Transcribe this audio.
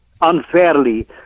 unfairly